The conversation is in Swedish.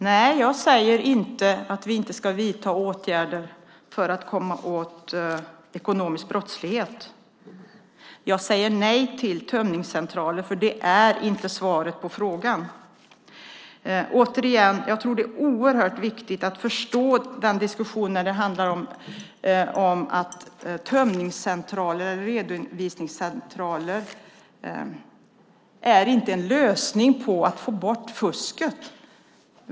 Herr talman! Jag säger inte att vi inte ska vidta åtgärder för att komma åt ekonomisk brottslighet. Jag säger nej till tömningscentraler. Det är inte svaret på frågan. Jag tror att det är oerhört viktigt att förstå att tömningscentraler och redovisningscentraler inte är lösningen för att få bort fusket.